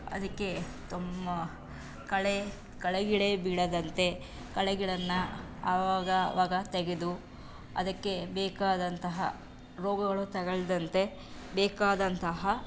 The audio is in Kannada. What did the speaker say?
ಅದಕ್ಕೆ ತೊಂ ಕಳೆ ಕಳೆಗಿಳೆ ಬೀಳದಂತೆ ಕಳೆಗಳನ್ನು ಆವಾಗ ಅವಾಗ ತೆಗೆದು ಅದಕ್ಕೆ ಬೇಕಾದಂತಹ ರೋಗಗಳು ತಗೊಳ್ದಂತೆ ಬೇಕಾದಂತಹ